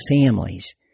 families